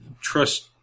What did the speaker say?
trust